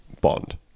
bond